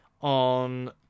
on